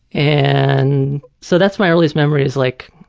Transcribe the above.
and so that's my earliest memory, is like,